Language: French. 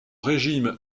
régime